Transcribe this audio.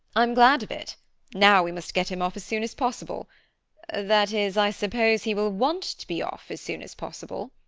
i'm glad of it now we must get him off as soon as possible that is, i suppose he will want to be off as soon as possible.